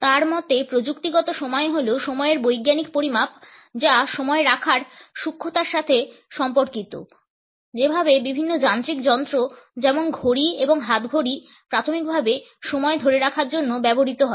তার মতে প্রযুক্তিগত সময় হল সময়ের বৈজ্ঞানিক পরিমাপ যা সময় রাখার সূক্ষ্মতার সাথে সম্পর্কিত যেভাবে বিভিন্ন যান্ত্রিক যন্ত্র যেমন ঘড়ি এবং হাতঘড়ি প্রাথমিকভাবে সময় ধরে রাখার জন্য ব্যবহৃত হয়